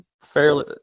Fairly